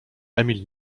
emil